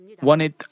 wanted